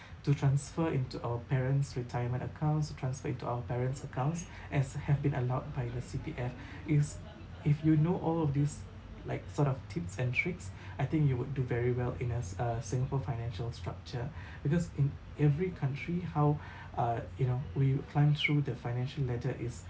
to transfer into our parents' retirement accounts translate to our parents' accounts as have been allowed by the C_P_F it's if you know all of this like sort of tips and tricks I think you would do very well in as uh singapore financial structure because in every country how uh you know we climb through the financial ladder is